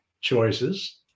Choices